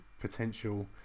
potential